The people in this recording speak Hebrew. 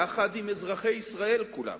יחד עם אזרחי ישראל כולם,